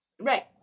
Right